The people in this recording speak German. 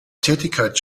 tätigkeit